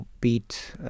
beat